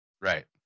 Right